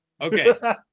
Okay